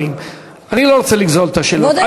אני לא רוצה לגזול את השאלות,